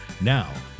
Now